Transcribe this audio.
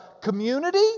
community